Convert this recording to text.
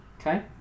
Okay